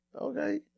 Okay